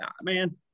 man